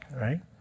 right